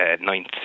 ninth